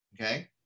Okay